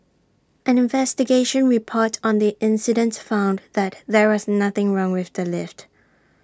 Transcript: an investigation report on the incident found that there was nothing wrong with the lift